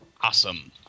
Awesome